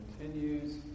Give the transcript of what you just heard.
continues